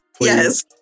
Yes